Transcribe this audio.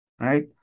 right